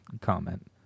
comment